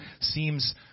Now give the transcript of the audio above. seems